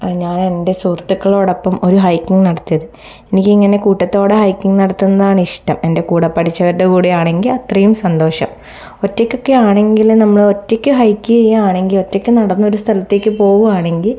ഞാൻ എൻ്റെ സുഹൃത്തുക്കളോടൊപ്പം ഒരു ഹൈക്കിങ് നടത്തിയത് എനിക്ക് ഇങ്ങനെ കൂട്ടത്തോടെ ഹൈക്കിങ് നടത്തുന്നതാണിഷ്ടം എൻ്റെ കൂടെ പഠിച്ചവരുടെ കൂടെയാണെങ്കിൽ അത്രയും സന്തോഷം ഒറ്റക്കൊക്കെ ആണെങ്കിലും നമ്മൾ ഒറ്റക്ക് ഹൈക്ക് ചെയ്യുകയാണെങ്കിൽ ഒറ്റക്ക് നടന്നൊരു സ്ഥലത്തേക്ക് പോവുകയാണെങ്കിൽ